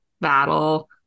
battle